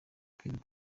perezida